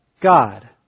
God